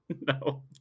No